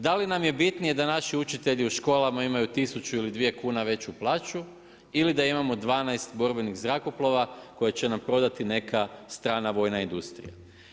Da li nam je bitnije da naši učitelji u školama imaju 1000 ili dvije kuna veću plaću ili da imamo 12 borbenih zrakoplova koje će nam prodati neka strana vojna industrija.